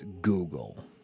Google